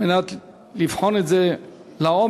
על מנת לבחון את זה לעומק,